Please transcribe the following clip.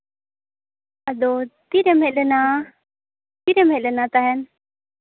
ᱟᱫᱚ ᱛᱤᱨᱮᱢ ᱦᱮᱡ ᱞᱮᱱᱟ ᱛᱤᱨᱮᱢ ᱦᱮᱡ ᱞᱮᱱᱟ ᱛᱟᱦᱮᱱ